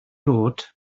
dod